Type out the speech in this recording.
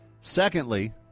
Secondly